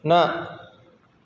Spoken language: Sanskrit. न